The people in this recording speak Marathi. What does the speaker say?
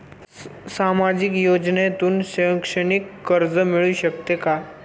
सामाजिक योजनेतून शैक्षणिक कर्ज मिळू शकते का?